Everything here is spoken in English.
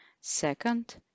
Second